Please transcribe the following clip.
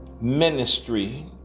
Ministry